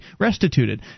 restituted